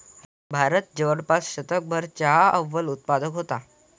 भारत जवळपास शतकभर चहाचा अव्वल उत्पादक होता